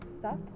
suck